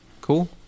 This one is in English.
Cool